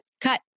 cut